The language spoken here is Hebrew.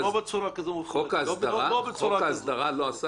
חוק הסדרה לא עשה את זה?